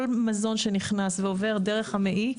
כל מזון שנכנס ועובר דרך המעי,